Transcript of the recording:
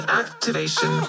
activation